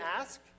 ask